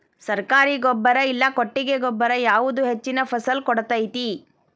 ಸರ್ಕಾರಿ ಗೊಬ್ಬರ ಇಲ್ಲಾ ಕೊಟ್ಟಿಗೆ ಗೊಬ್ಬರ ಯಾವುದು ಹೆಚ್ಚಿನ ಫಸಲ್ ಕೊಡತೈತಿ?